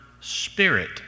spirit